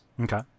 Okay